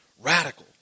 radical